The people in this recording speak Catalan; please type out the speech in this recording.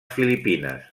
filipines